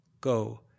Go